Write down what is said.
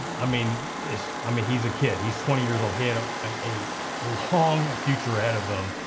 i mean um he's a kid. he's twenty years old, he had ah a ah long future ahead of him.